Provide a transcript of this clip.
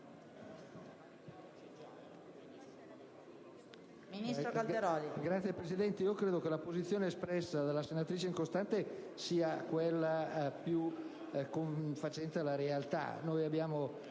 Signora Presidente, credo che la posizione espressa dalla senatrice Incostante sia quella più confacente alla realtà. Noi abbiamo